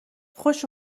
خوش